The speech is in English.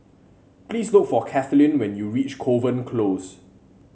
please look for Kathlyn when you reach Kovan Close